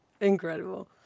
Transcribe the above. Incredible